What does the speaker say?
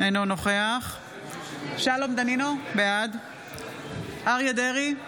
אינו נוכח שלום דנינו, בעד אריה מכלוף דרעי,